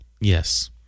Yes